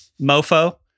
mofo